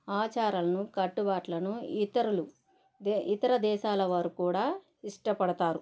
ఆచారాలను కట్టుబాటులను ఇతరులు ఇతర దేశాలు వాళ్ళు కూడా ఇష్టపడతారు